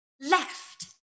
Left